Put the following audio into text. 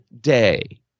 day